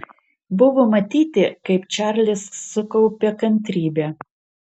buvo matyti kaip čarlis sukaupia kantrybę